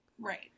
right